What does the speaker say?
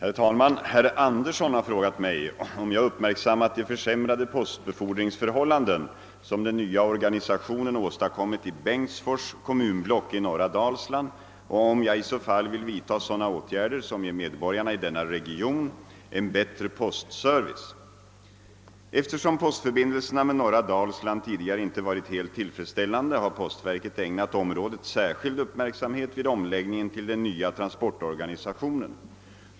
Herr talman! Herr Andersson har frågat mig, om jag uppmärksammat de försämrade <postbefordringsförhållanden som den nya organisationen åstadkommit i Bengtsfors kommunblock i norra Dalsland och om jag i så fall vill vidta sådana åtgärder som ger medborgarna i denna region en bättre postservice. Eftersom postförbindelserna med norra Dalsland tidigare inte varit helt tillfredsställande, har postverket ägnat området särskild uppmärksamhet vid omläggningen till den nya transportorganisationen.